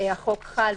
החוק חל,